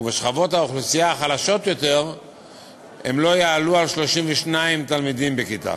ובשכבות האוכלוסייה החלשות יותר מעל 32 תלמידים בכיתה.